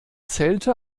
zählte